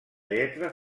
lletra